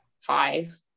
five